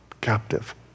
captive